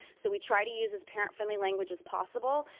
so we try to use as parent-friendly language as possible.